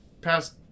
past